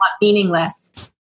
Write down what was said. meaningless